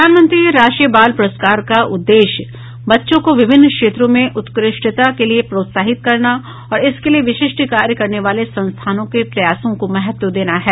प्रधानमंत्री राष्ट्रीय बाल पुरस्कार का उद्देश्य बच्चों को विभिन्न क्षेत्रों में उत्कृष्टता के लिए प्रोत्साहित करना और उनके लिए विशिष्ट कार्य करने वाले संस्थानों के प्रयासों को महत्व देना है